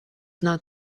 not